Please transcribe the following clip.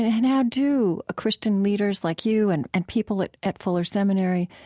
how do christian leaders like you and and people at at fuller seminary,